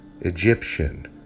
Egyptian